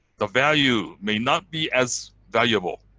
the value may not be as valuable